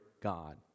God